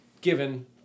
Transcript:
given